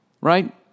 Right